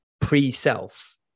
pre-self